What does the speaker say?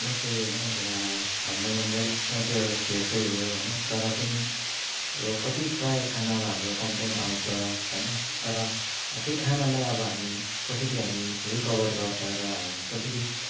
म चाहिँ होइन एउटा भनौँ भने म त एउटा सेफै हो होइन तर पनि कति प्राय खानामा हाम्रो कम्प्लेन आउँछ होइन तर त्यही खानालाई अब हामी कसरी हामी रिकभर गर्छ र हामी कसरी